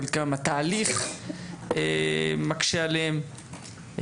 חלקם התהליך מקשה עליהם,